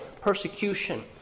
persecution